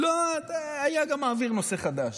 לא, היה גם מעביר נושא חדש.